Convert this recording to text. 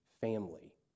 family